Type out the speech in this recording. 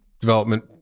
development